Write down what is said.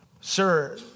Sir